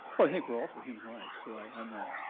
well i think we're all for human rights so i